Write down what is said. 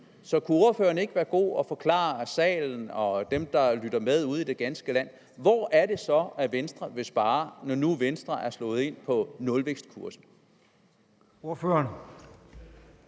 Kunne ordføreren så ikke være god at forklare salen og dem, der lytter med ude i det ganske land, hvor det så er, Venstre vil spare, når nu Venstre er slået ind på nulvækstkursen? Kl.